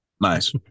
Nice